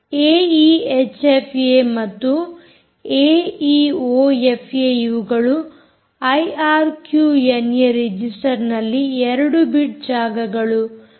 ಏ E H F A ಮತ್ತು A E O F A ಇವುಗಳು ಐಆರ್ಕ್ಯೂಎನ್ಏ ರಿಜಿಸ್ಟರ್ನಲ್ಲಿ 2 ಬಿಟ್ ಜಾಗಗಳು